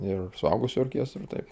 ir suaugusių orkestrui taip